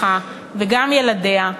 וגם ילדיה,